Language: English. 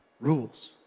rules